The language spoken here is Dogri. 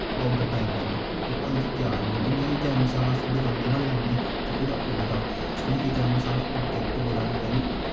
पौडर टाईप करना फिर ओह् हल्दी त्यार होई जानी इ'यां गै गर्म मसाला अस दकानें पर लैन्ने जां कुदै उग्गदा जि'यां कि गर्म मसाला उग्गदा कुतै बी